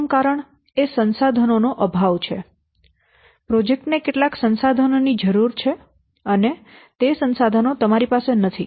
પ્રથમ કારણ એ સંસાધનો નો અભાવ છે પ્રોજેક્ટ ને કેટલાક સંસાધનો ની જરૂર છે અને તે સંસાધનો તમારી પાસે નથી